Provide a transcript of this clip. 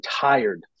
tired